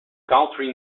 county